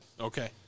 Okay